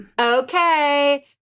Okay